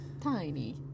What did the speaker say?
tiny